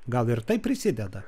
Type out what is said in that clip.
gal ir tai prisideda